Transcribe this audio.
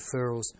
referrals